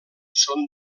són